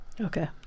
Okay